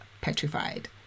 petrified